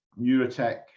neurotech